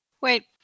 Wait